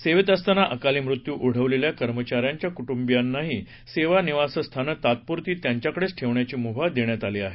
सेवेत असताना अकाली मृत्यू ओढवलेल्या कर्मचाऱ्यांच्या कुटुंबियांनाही सेवा निवासस्थानं तात्पुरती त्यांच्याकडेच ठेवण्याची मूभा देण्यात आली आहे